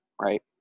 right